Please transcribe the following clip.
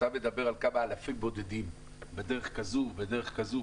ואתה מדבר על כמה אלפים בודדים בדרך כזאת ובדרך כזאת,